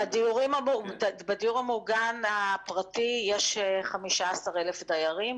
בדיור המוגן הפרטי יש 15,000 דיירים.